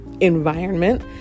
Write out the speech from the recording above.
environment